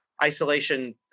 isolation